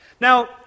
now